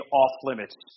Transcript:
off-limits